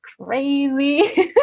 crazy